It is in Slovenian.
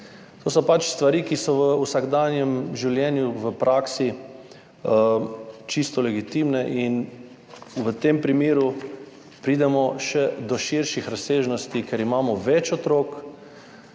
To so pač stvari, ki so v vsakdanjem življenju v praksi čisto legitimne in v tem primeru pridemo še do širših razsežnosti, ker imamo več otrok.